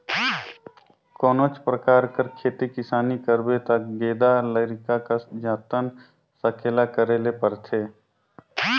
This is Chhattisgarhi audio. कोनोच परकार कर खेती किसानी करबे ता गेदा लरिका कस जतन संकेला करे ले परथे